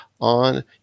on